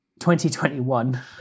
2021